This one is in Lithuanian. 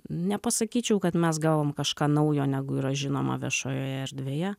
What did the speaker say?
nepasakyčiau kad mes gavom kažką naujo negu yra žinoma viešojoje erdvėje